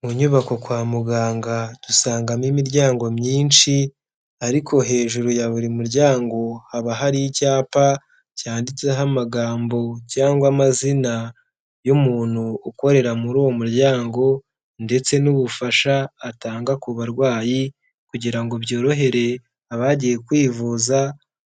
Mu nyubako kwa muganga dusangamo imiryango myinshi ariko hejuru ya buri muryango haba hari icyapa cyanditseho amagambo cyangwa amazina y'umuntu ukorera mur'uwo muryango ndetse n'ubufasha atanga ku barwayi kugira ngo byorohere abagiye kwivuza